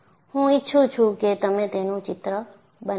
હું ઈચ્છું છું કે તમે તેનું ચિત્ર બનાવો